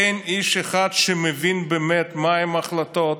אין איש אחד שמבין באמת מהן ההחלטות,